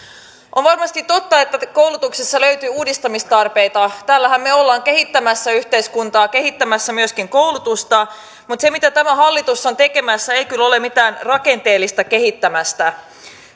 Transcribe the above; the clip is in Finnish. on varmasti totta että koulutuksessa löytyy uudistamistarpeita täällähän me olemme kehittämässä yhteiskuntaa kehittämässä myöskin koulutusta mutta se mitä tämä hallitus on tekemässä ei kyllä ole mitään rakenteellista kehittämistä